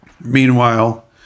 Meanwhile